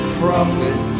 profit